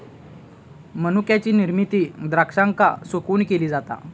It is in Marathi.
मनुक्याची निर्मिती द्राक्षांका सुकवून केली जाता